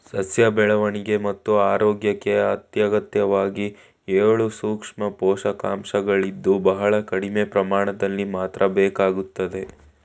ಸಸ್ಯ ಬೆಳವಣಿಗೆ ಮತ್ತು ಆರೋಗ್ಯಕ್ಕೆ ಅತ್ಯಗತ್ಯವಾಗಿ ಏಳು ಸೂಕ್ಷ್ಮ ಪೋಷಕಾಂಶಗಳಿದ್ದು ಬಹಳ ಕಡಿಮೆ ಪ್ರಮಾಣದಲ್ಲಿ ಮಾತ್ರ ಬೇಕಾಗ್ತದೆ